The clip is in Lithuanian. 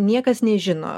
niekas nežino